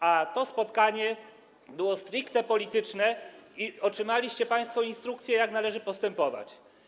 A to spotkanie było stricte polityczne i otrzymaliście państwo instrukcję, jak należy postępować.